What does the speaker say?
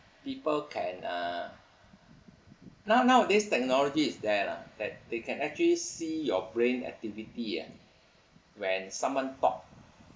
people can uh now nowadays technology is there lah that they can actually see your brain activity ah when someone talk